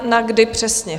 Na kdy přesně?